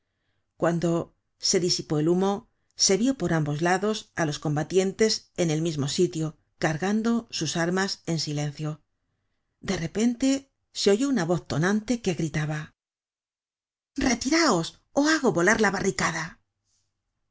cuando se disipó el humo se vió por ambos lados á los combatientes en el mismo sitio cargando sus armas en silencio de repente se oyó una voz tonante que gritaba retiraos ó hago volar la barricada